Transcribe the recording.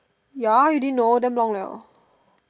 ya you didn't know damn long liao